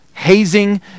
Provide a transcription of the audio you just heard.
hazing